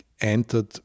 entered